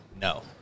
No